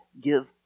give